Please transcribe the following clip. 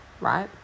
right